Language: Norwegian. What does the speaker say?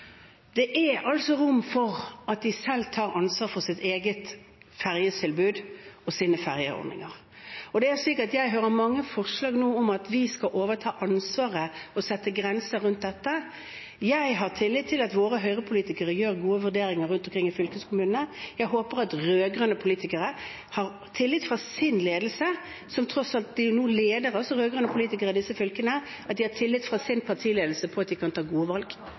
Det er altså rom for at de selv tar ansvar for sitt eget fergetilbud og sine fergeordninger. Jeg hører mange forslag nå om at vi skal overta ansvaret og sette grenser rundt dette. Jeg har tillit til at våre Høyre-politikere gjør gode vurderinger rundt omkring i fylkeskommunene. Jeg håper at rød-grønne politikere, og nå leder tross alt rød-grønne politikere i disse fylkene, har tillit fra sin partiledelse til at de kan ta gode valg.